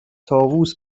طاووس